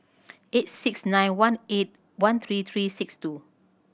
eight six nine one eight one three three six two